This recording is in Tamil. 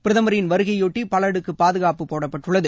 பிரதமரின் வருகையைபொட்டி பல அடுக்கு பாதுகாப்பு போடப்பட்டுள்ளது